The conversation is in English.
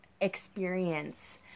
experience